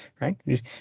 right